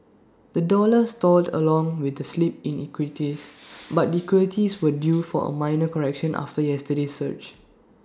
the dollar stalled along with the slip in equities but equities were due for A minor correction after yesterday's surge